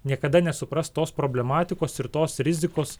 niekada nesupras tos problematikos ir tos rizikos